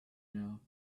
now